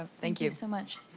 ah thank you so much.